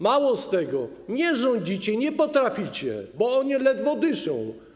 Mało tego, nie rządzicie, nie potraficie, bo oni ledwo dyszą.